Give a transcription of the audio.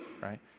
Right